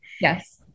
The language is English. Yes